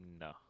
No